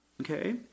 okay